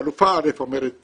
חלופה א' אומרת כך,